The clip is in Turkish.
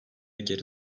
geri